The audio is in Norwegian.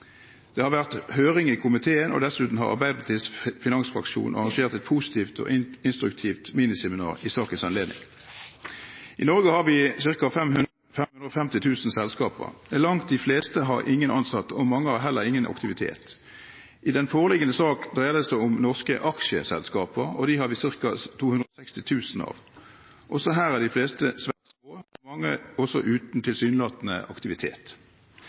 Det har vært høring i komiteen, og dessuten har Arbeiderpartiets finansfraksjon arrangert et positivt og instruktivt miniseminar i sakens anledning. I Norge har vi ca. 550 000 selskaper. Langt de fleste har ingen ansatte, og mange har heller ingen aktivitet. I den foreliggende sak dreier det seg om norske aksjeselskaper, og dem har vi ca. 260 000 av. Også her er de fleste svært små, mange også uten tilsynelatende aktivitet.